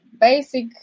basic